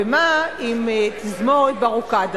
ומה עם תזמורת "בארוקדה",